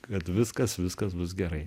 kad viskas viskas bus gerai